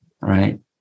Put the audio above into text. Right